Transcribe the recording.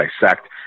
dissect